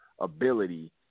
ability